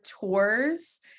tours